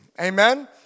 Amen